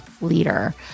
leader